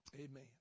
Amen